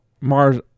Mars